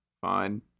fine